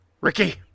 Ricky